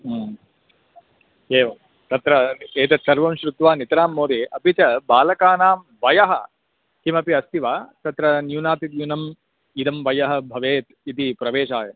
एवं तत्र एतत् सर्वं श्रुत्वा नितरां महोदय अपि च बालकानां वयः किमपि अस्ति वा तत्र न्यूनातिन्यूनम् इदं वयः भवेत् इति प्रवेशाय